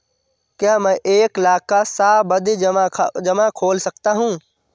क्या मैं एक लाख का सावधि जमा खोल सकता हूँ?